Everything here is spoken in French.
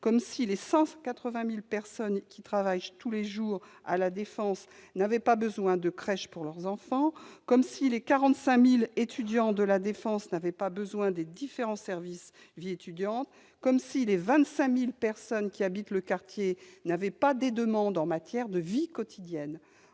comme si les 180 000 personnes qui y travaillent tous les jours n'avaient pas besoin de crèches pour leurs enfants, comme si les 45 000 étudiants de La Défense n'avaient pas besoin des différents services propres à la vie étudiante, comme si les 25 000 personnes qui habitent le quartier n'avaient rien à attendre en matière de vie quotidienne.